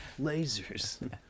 lasers